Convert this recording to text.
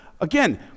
again